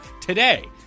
today